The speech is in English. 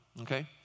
Okay